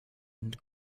and